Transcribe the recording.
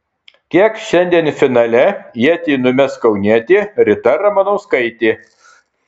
kiek šiandien finale ietį numes kaunietė rita ramanauskaitė